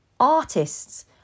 artists